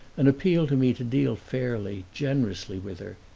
an appeal to me to deal fairly, generously with her.